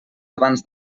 abans